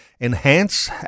enhance